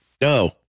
No